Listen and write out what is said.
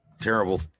terrible